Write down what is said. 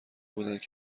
بودند